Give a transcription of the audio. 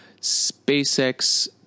SpaceX